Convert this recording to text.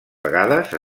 vegades